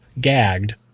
gagged